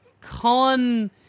Con